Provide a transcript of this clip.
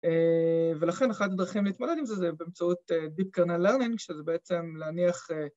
ולכן אחת הדרכים להתמודד עם זה זה באמצעות Deep Kernel Learning שזה בעצם להניח...